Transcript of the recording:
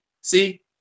See